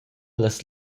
las